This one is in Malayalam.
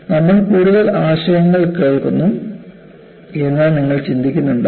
നമ്മൾ കൂടുതൽ ആശയങ്ങൾ കേൾക്കുന്നു എന്ന് നിങ്ങൾ ചിന്തിക്കുന്നുണ്ടാകാം